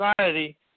society